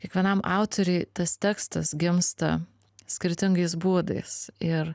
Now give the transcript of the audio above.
kiekvienam autoriui tas tekstas gimsta skirtingais būdais ir